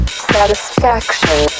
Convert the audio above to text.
satisfaction